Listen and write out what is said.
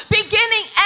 beginning